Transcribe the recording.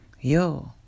Yo